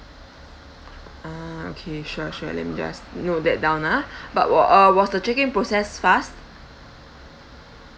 ah okay sure sure let me just note that down ah but wa~ uh was the check in process fast